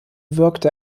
wirkte